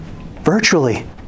Virtually